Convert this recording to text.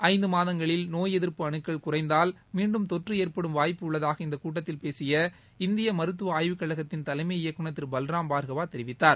ஐந்து மாதங்களில் நோய் எதிர்ப்பு அணுக்கள் குறைந்தால் மீண்டும் தொற்று ஏற்படும் வாய்ப்பு உள்ளதாக இந்தக் கூட்டத்தில் பேசிய இந்திய மருத்துவ ஆய்வுக் கழகத்தின் தலைமை இயக்குநர் திரு பல்ராம் பார்கவா தெரிவித்தார்